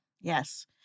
Yes